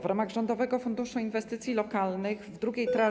W ramach Rządowego Funduszu Inwestycji Lokalnych w drugiej transzy.